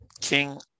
King